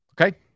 Okay